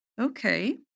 Okay